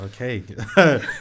Okay